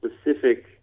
specific